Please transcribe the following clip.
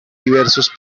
diversos